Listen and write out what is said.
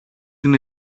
την